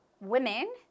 Women